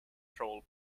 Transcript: troll